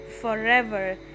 forever